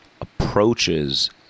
approaches